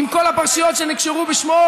עם כל הפרשיות שנקשרו בשמו,